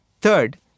Third